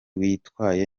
witwaye